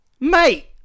Mate